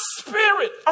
spirit